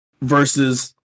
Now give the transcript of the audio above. versus